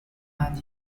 and